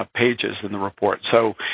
ah pages in the report. so,